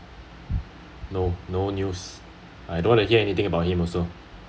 no no news I don't want to hear anything about him also